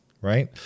right